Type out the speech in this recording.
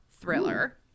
thriller